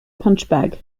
punchbag